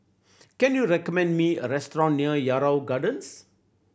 can you recommend me a restaurant near Yarrow Gardens